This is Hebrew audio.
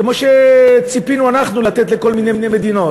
כמו שציפינו אנחנו לתת לכל מיני מדינות.